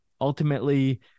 Ultimately